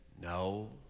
no